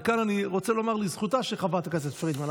וכאן אני רוצה לומר לזכותה של חברת הכנסת פרידמן,